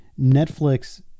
Netflix